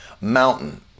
mountain